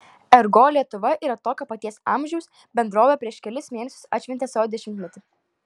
ergo lietuva yra tokio paties amžiaus bendrovė prieš kelis mėnesius atšventė savo dešimtmetį